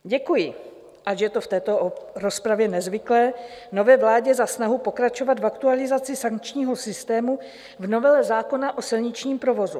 Děkuji, ač je to v této rozpravě nezvyklé, nové vládě za snahu pokračovat v aktualizaci sankčního systému v novele zákona o silničním provozu.